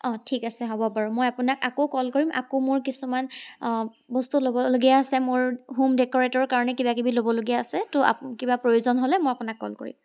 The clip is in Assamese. অঁ ঠিক আছে হ'ব বাৰু মই আপোনাক আকৌ কল কৰিম আকৌ মোৰ কিছুমান বস্তু ল'বলগীয়া আছে মোৰ হোম ডেক'ৰেটৰ কাৰণে কিবাকিবি ল'বলগীয়া আছে তো কিবা প্ৰয়োজন হ'লে মই আপোনাক কল কৰিম